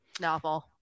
novel